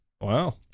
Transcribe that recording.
Wow